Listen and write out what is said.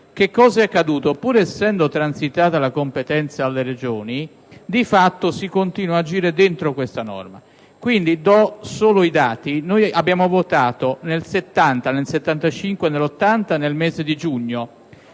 Cosa è accaduto? Pur essendo transitata la competenza alle Regioni, di fatto si continua ad agire dentro questa norma. Quindi - do solo i dati - abbiamo votato nel 1970, nel 1975 e nel 1980 nel mese di giugno;